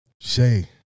Shay